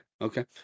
okay